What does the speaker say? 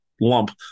lump